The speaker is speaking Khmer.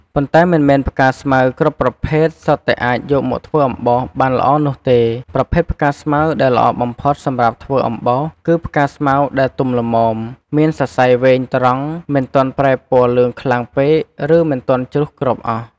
ប៉ុន្តែមិនមែនផ្កាស្មៅគ្រប់ប្រភេទសុទ្ធតែអាចយកមកធ្វើអំបោសបានល្អនោះទេ ប្រភេទផ្កាស្មៅដែលល្អបំផុតសម្រាប់ធ្វើអំបោស គឺផ្កាស្មៅដែលទុំល្មម មានសរសៃវែងត្រង់ មិនទាន់ប្រែពណ៌លឿងខ្លាំងពេក ឬមិនទាន់ជ្រុះគ្រាប់អស់។